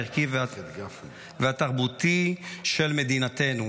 הערכי והתרבותי של מדינתנו.